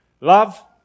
Love